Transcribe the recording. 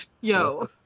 Yo